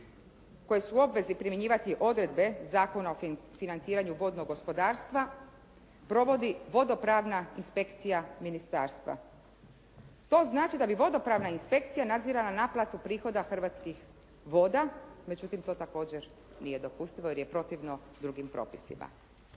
koje su obvezne primjenjivati odredbe Zakona o financiranju vodnog gospodarstva provodi vodopravna inspekcija ministarstva. To znači da bi vodopravna inspekcija nadzirala naplatu prihoda Hrvatskih voda, međutim to također nije dopustivo jer je protivno drugim propisima.